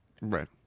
right